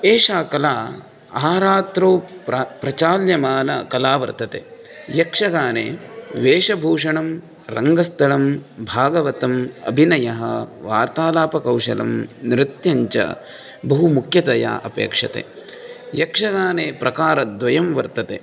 एषा कला आरात्रौ प्र प्रचाल्यमाना कला वर्तते यक्षगाने वेषभूषणं रङ्गस्थलं भागवतम् अभिनयः वार्तालापकौशल्यं नृत्यं च बहु मुख्यतया अपेक्षते यक्षगाने प्रकारद्वयं वर्तते